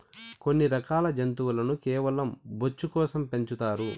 కొన్ని రకాల జంతువులను కేవలం బొచ్చు కోసం పెంచుతారు